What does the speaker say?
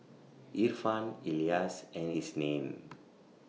Irfan Elyas and Isnin